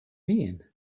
mean